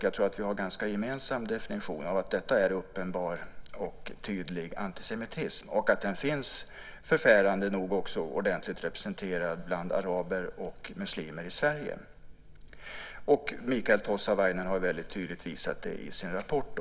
Jag tror att vi har en ganska gemensam definition av att detta är uppenbar och tydlig antisemitism och att den förfärande nog också finns ordentligt representerad bland araber och muslimer i Sverige. Mikael Tossavainen har också tydligt visat detta i sin rapport.